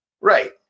Right